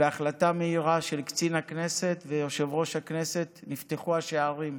בהחלטה מהירה של קצין הכנסת ויושב-ראש הכנסת נפתחו השערים.